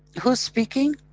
who's speaking?